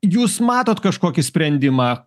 jūs matote kažkokį sprendimą